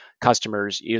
customers